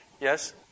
Yes